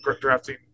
drafting